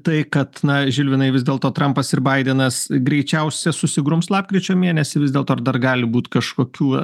tai kad na žilvinai vis dėlto trampas ir baidenas greičiausia susigrums lapkričio mėnesį vis dėlto ar dar gali būt kažkokių